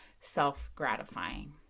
self-gratifying